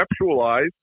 conceptualize